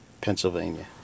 Pennsylvania